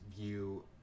view